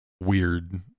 weird